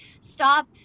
Stop